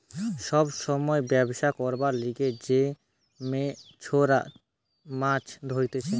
সময় সময় ব্যবছা করবার লিগে যে মেছোরা মাছ ধরতিছে